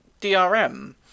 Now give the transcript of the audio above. DRM